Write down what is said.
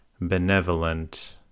benevolent